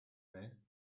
men